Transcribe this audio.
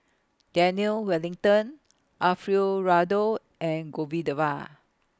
Daniel Wellington Alfio Raldo and